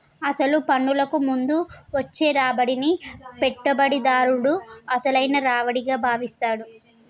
అసలు పన్నులకు ముందు వచ్చే రాబడిని పెట్టుబడిదారుడు అసలైన రావిడిగా భావిస్తాడు